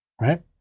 right